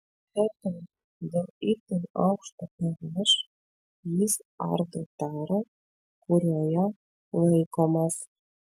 be to dėl itin aukšto ph jis ardo tarą kurioje laikomas